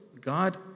God